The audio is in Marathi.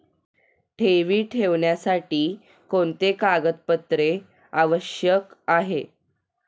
ठेवी ठेवण्यासाठी कोणते कागदपत्रे आवश्यक आहे?